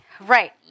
right